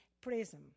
prism